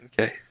Okay